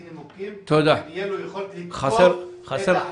נימוקים ותהיה לו יכולת לתקוף את ההחלטה.